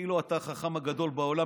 כאילו אתה החכם הגדול בעולם.